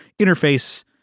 interface